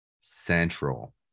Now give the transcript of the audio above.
Central